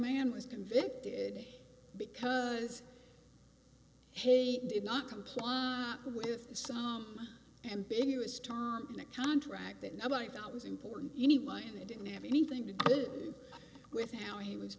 man was convicted because he did not comply with some ambiguous tom in a contract that nobody thought was important anyway and they didn't have anything to do with how he was